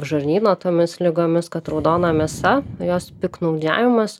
žarnyno tomis ligomis kad raudona mėsa jos piktnaudžiavimas